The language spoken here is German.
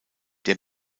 der